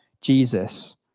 Jesus